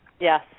Yes